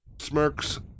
smirks